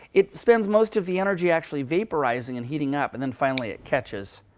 it spends most of the energy actually vaporizing and heating up. and then finally it catches.